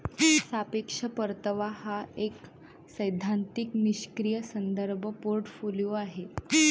सापेक्ष परतावा हा एक सैद्धांतिक निष्क्रीय संदर्भ पोर्टफोलिओ आहे